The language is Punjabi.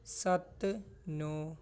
ਸੱਤ ਨੌਂ